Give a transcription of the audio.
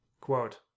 Quote